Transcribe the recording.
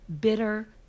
bitter